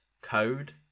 code